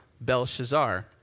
Belshazzar